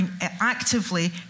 actively